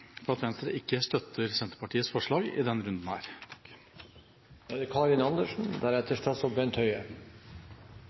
for at Venstre ikke støtter Senterpartiets forslag i denne runden. Denne saken handler om at vi er